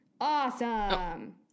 Awesome